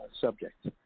subject